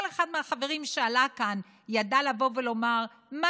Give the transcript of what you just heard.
כל אחד מהחברים שעלה כאן ידע לבוא ולומר מה